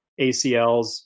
ACLs